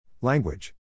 Language